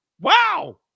wow